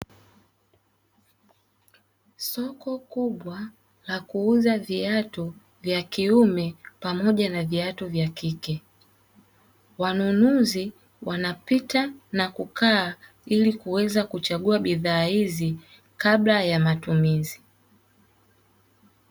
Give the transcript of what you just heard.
Soko kubwa la kuuza viatu vya kiume pamoja na viatu vya kike, wanunuzi wanapita ili kuweza kuchagua bidhaa hizi kabla ya matumizi.